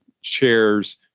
chairs